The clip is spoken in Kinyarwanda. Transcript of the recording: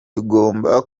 tugomba